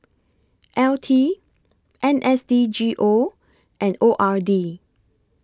L T N S D G O and O R D